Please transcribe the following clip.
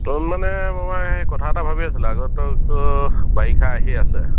ত' মানে মোমাই কথা এটা ভাবি আছিলোঁ আগন্তকতো বাৰিষা আহি আছে